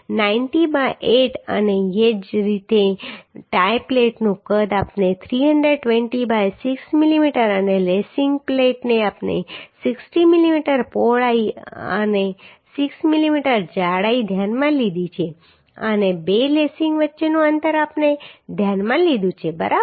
90 by 8 અને એ જ રીતે ટાઈ પ્લેટનું કદ આપણે 320 બાય 6 મીમી અને લેસીંગ પ્લેટને આપણે 60 મીમી પહોળાઈ અને 6 મીમી જાડાઈ ધ્યાનમાં લીધી છે અને બે લેસીંગ વચ્ચેનું અંતર આપણે ધ્યાનમાં લીધું છે બરાબર